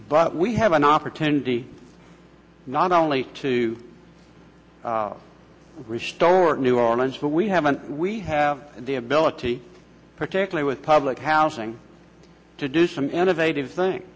but we have an opportunity not only to restore new orleans but we haven't we have the ability particularly with public housing to do some innovative thing